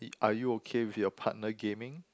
are you okay with your partner gaming